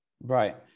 Right